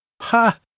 Ha